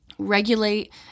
Regulate